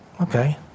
Okay